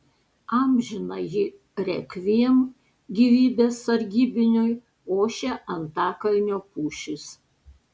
amžinąjį rekviem gyvybės sargybiniui ošia antakalnio pušys